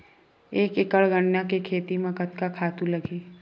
एक एकड़ गन्ना के खेती म कतका खातु लगही?